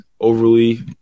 overly